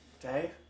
Dave